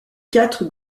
quatre